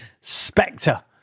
Spectre